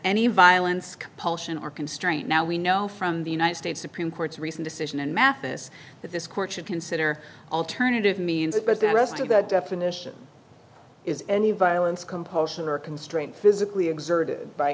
any violence compulsion or constraint now we know from the united states supreme court's recent decision in mathis that this court should consider alternative means but the rest of that definition is any violence compulsion or constraint physically exerted by